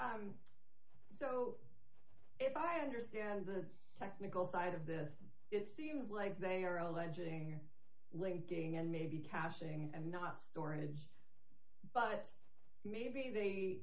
you so if i understand the technical side of the it seems like they are alleging linking and maybe cashing and not storage but maybe they